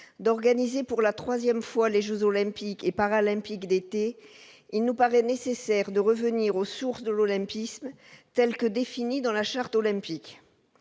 d'organiser pour la 3ème fois les Jeux olympiques et paralympiques d'été, il nous paraît nécessaire de revenir aux sources de l'olympisme, tels que définis dans la charte olympique